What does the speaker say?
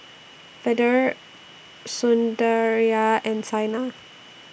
Vedre Sundaraiah and Saina